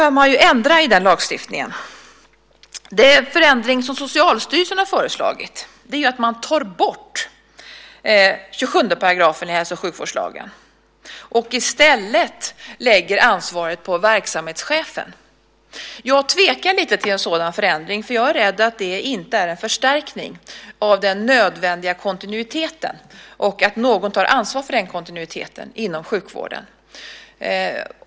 Då bör man ändra i den lagstiftningen. En förändring som Socialstyrelsen har föreslagit är att man tar bort 27 § i hälso och sjukvårdslagen och i stället lägger ansvaret på verksamhetschefen. Jag tvekar lite till en sådan förändring. Jag är rädd att det inte är en förstärkning av den nödvändiga kontinuiteten och att någon tar ansvar för den kontinuiteten inom sjukvården.